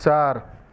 चार